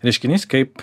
reiškinys kaip